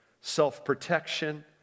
self-protection